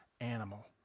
animal